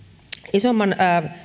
isomman